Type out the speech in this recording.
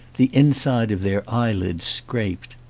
the inside of their eyelids scraped.